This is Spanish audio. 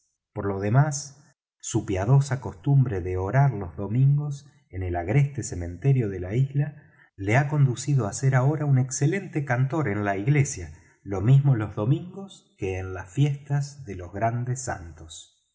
por lo demás su piadosa costumbre de orar los domingos en el agreste cementerio de la isla le ha conducido á ser ahora un excelente cantor en la iglesia lo mismo los domingos que en las fiestas de los grandes santos